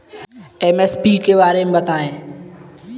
MSP के बारे में बतायें?